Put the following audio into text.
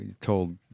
told